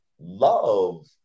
love